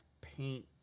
paint